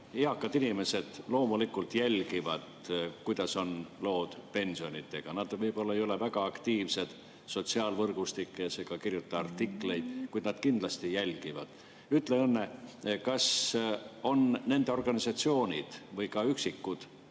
Eakad inimesed loomulikult jälgivad, kuidas on lood pensionidega. Nad võib-olla ei ole väga aktiivsed sotsiaalvõrgustikes ega kirjuta artikleid, kuid nad kindlasti jälgivad. Ütle, Õnne, kas nende organisatsioonid või üksikud